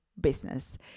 business